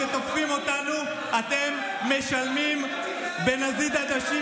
שתוקפים אותנו אתם משלמים בנזיד עדשים.